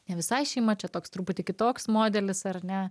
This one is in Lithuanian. ne visai šeima čia toks truputį kitoks modelis ar ne